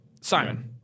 Simon